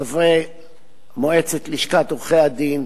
חברי מועצת לשכת עורכי-הדין,